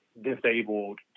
disabled